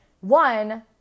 one